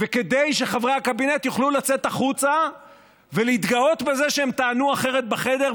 וכדי שחברי הקבינט יוכלו לצאת החוצה ולהתגאות בזה שהם טענו אחרת בחדר,